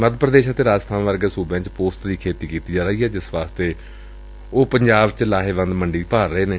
ਮੱਧ ਪ੍ਰਦੇਸ਼ ਅਤੇ ਰਾਜਸਥਾਨ ਵਰਗੇ ਸੁਬਿਆਂ ਵੱਲੋ ਪੋਸਤ ਦੀ ਖੇਤੀ ਕੀਤੀ ਜਾ ਰਹੀ ਹੈ ਜਿਸ ਦੇ ਵਾਸਤੇ ਉਹ ਪੰਜਾਬ ਵਿੱਚ ਲਾਹੇਵੰਦ ਮੰਡੀ ਭਾਲ ਰਹੇ ਨੇ